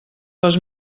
les